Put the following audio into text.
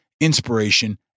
inspiration